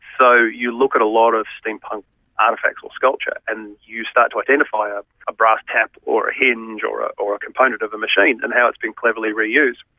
so you look at a lot of steampunk artefacts or sculpture and you start to identify ah a brass tap or a hinge or a or a component of a machine and how it's been cleverly reused.